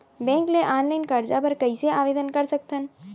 Bank ले online करजा बर कइसे आवेदन कर सकथन?